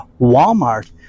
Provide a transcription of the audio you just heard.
Walmart